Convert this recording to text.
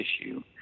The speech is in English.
issue